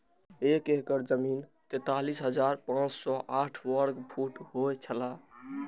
एक एकड़ जमीन तैंतालीस हजार पांच सौ साठ वर्ग फुट होय छला